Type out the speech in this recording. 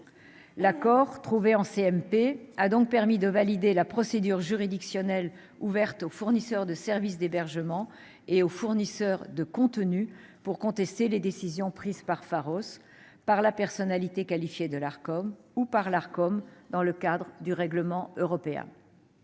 paritaire a permis de valider la procédure juridictionnelle ouverte aux fournisseurs de services d'hébergement et de contenus pour contester les décisions prises par Pharos, par la personnalité qualifiée de l'Arcom ou par cette dernière dans le cadre du règlement européen.